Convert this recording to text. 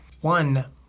One